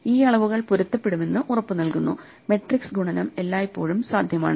ഈ അളവുകൾ പൊരുത്തപ്പെടുമെന്ന് ഉറപ്പുനൽകുന്നു മെട്രിക്സ് ഗുണനം എല്ലായ്പ്പോഴും സാധ്യമാണ്